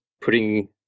putting